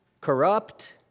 corrupt